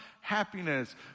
happiness